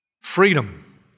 freedom